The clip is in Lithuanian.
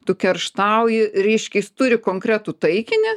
tu kerštauji reiškia jis turi konkretų taikinį